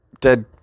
dead